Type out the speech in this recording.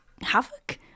havoc